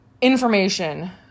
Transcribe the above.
information